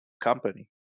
company